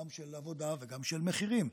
גם של עבודה וגם של מחירים.